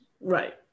Right